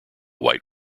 white